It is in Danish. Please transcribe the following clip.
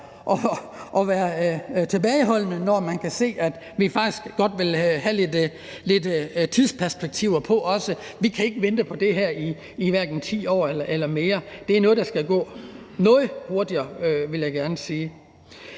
at være tilbageholdende, når man kan se, at vi faktisk godt også vil have nogle tidsperspektiver på. Vi kan ikke vente på det her i hverken 10 år eller mere. Det er noget, der skal gå noget hurtigere, vil jeg gerne sige.